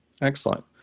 excellent